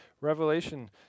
Revelation